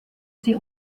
sie